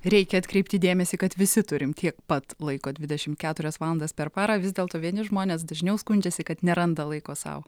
reikia atkreipti dėmesį kad visi turim tiek pat laiko dvidešim keturias valandas per parą vis dėlto vieni žmonės dažniau skundžiasi kad neranda laiko sau